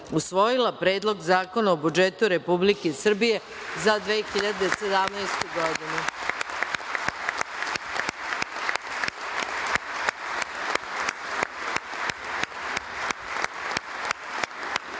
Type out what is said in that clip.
usvojila Predlog zakona o budžetu Republike Srbije za 2017. godinu. Sada